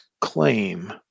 claim